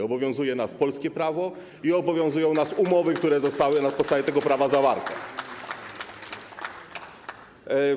Obowiązuje nas polskie prawo i obowiązują nas umowy, które zostały na podstawie tego prawa zawarte.